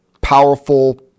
powerful